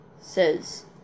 says